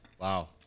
Wow